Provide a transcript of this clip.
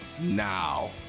Now